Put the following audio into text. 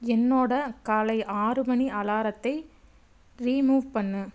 என்னோட காலை ஆறு மணி அலாரத்தை ரீமூவ் பண்ணு